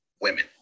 women